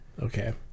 Okay